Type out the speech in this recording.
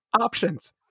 options